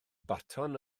baton